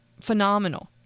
phenomenal